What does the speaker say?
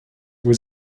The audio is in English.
were